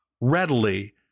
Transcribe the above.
readily